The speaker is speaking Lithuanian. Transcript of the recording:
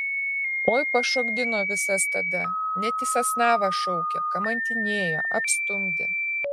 oi pašokdino visas tada net į sasnavą šaukė kamantinėjo apstumdė